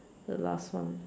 the last one ya